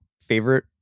favorite